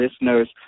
listeners